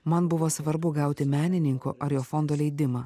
man buvo svarbu gauti menininko ar jo fondo leidimą